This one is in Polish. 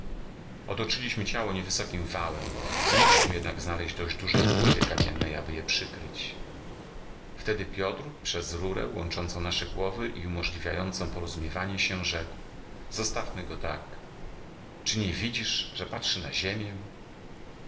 otoczyliśmy ciało niewysokim wałem nie mogliśmy jednak znaleść dość dużej płyty kamiennej aby je przykryć wtedy piotr przez rurę łączącą nasze głowy i umożliwiającą porozumiewanie się rzekł zostawmy go tak czy nie widzisz że patrzy na ziemię